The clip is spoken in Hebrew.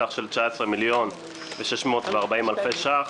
בסך של 19,640 אלפי ש"ח